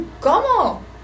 ¿Cómo